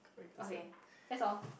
okay that's all